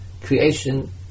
creation